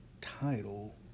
title